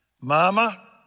mama